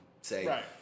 say